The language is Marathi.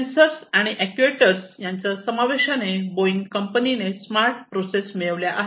सेन्सर्स आणि अॅक्ट्युएटर्स यांच्या समावेशाने बोईंग कंपनीने स्मार्ट प्रोसेस मिळवल्या आहेत